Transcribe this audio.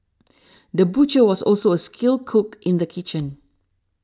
the butcher was also a skilled cook in the kitchen